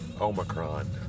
Omicron